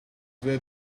there